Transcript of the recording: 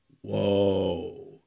Whoa